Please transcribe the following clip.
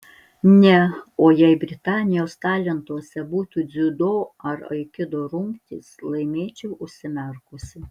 ne o jei britanijos talentuose būtų dziudo ar aikido rungtys laimėčiau užsimerkusi